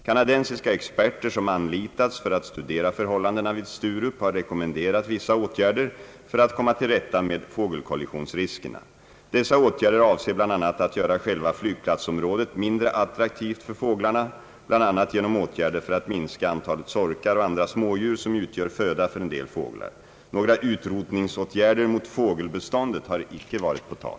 Kanadensiska experter, som anlitats för att studera förhållandena vid Sturup, har rekommenderat vissa åtgärder för att komma till rätta med fågelkollisionsriskerna. Dessa åtgärder avser bl.a. att göra själva flygplatsområdet mindre attraktivt för fåglarna, bl.a. genom åtgärder för att minska antalet sorkar och andra smådjur som utgör föda för en del fåglar. Några utrotningsåtgärder mot fågelbeståndet har inte varit på tal.